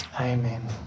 amen